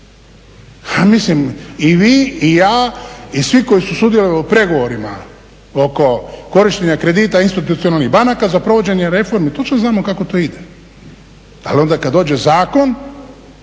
mislim i vi i ja i svi koji su sudjelovali u pregovorima oko korištenja kredita institucionalnih banaka za provođenje reformi točno znamo kako to ide. Ali onda kad dođe zakon